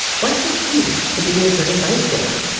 what's the key to being a good advice-giver?